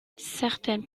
certaines